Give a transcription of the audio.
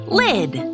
lid